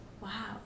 Wow